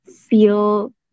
feel